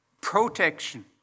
protection